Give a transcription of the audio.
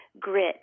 grit